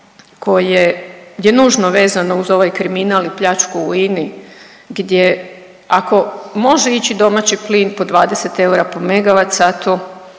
koje je nužno vezano uz ovaj kriminal i pljačku u INA-i, gdje ako može ići domaći plin po 20 eura po megavat satu